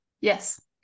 yes